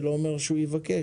זה לא אומר שהוא יבקש